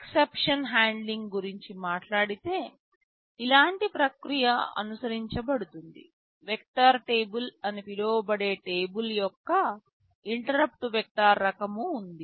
exception handling గురించి మాట్లాడితే ఇలాంటి ప్రక్రియ అనుసరించబడుతుంది వెక్టర్ టేబుల్ అని పిలువబడే టేబుల్ యొక్క ఇంటరుప్పుట్ వెక్టర్ రకం ఉంది